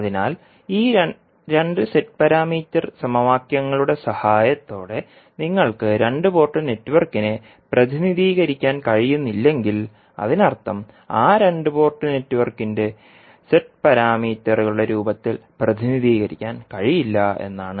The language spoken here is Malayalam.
അതിനാൽ ഈ രണ്ട് z പാരാമീറ്റർ സമവാക്യങ്ങളുടെ സഹായത്തോടെ നിങ്ങൾക്ക് രണ്ട് പോർട്ട് നെറ്റ്വർക്കിനെ പ്രതിനിധീകരിക്കാൻ കഴിയുന്നില്ലെങ്കിൽ അതിനർത്ഥം ആ രണ്ട് പോർട്ട് നെറ്റ്വർക്കിനെ z പാരാമീറ്ററുകളുടെ രൂപത്തിൽ പ്രതിനിധീകരിക്കാൻ കഴിയില്ല എന്നാണ്